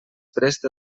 prest